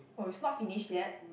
oh it's not finished yet